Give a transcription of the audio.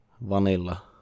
vanilla